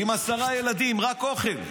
עם עשרה ילדים, רק אוכל.